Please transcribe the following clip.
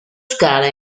scala